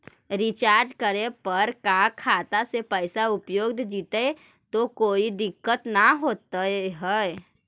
Recharge करे पर का खाता से पैसा उपयुक्त जितै तो कोई दिक्कत तो ना है?